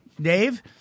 Dave